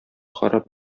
харап